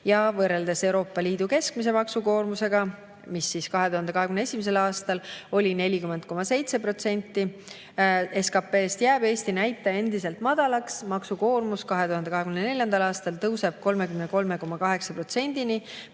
Ja võrreldes Euroopa Liidu keskmise maksukoormusega, mis 2021. aastal oli 40,7% SKT‑st, jääb Eesti näitaja endiselt madalaks. Maksukoormus 2024. aastal tõuseb 33,8%‑ni,